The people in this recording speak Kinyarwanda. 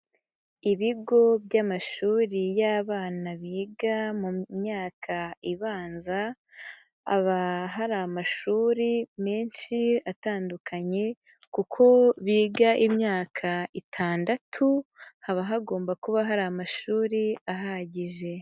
Ibigo by'amashuri y'abana biga mu myaka ibanza, haba hari amashuri menshi atandukanye, kuko biga imyaka itandatu, haba hagomba kuba hari amashuri ahagije.